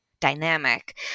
dynamic